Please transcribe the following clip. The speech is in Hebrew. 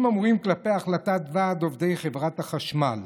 הדברים אמורים כלפי החלטת ועד עובדי חברת החשמל,